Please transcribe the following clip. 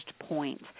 point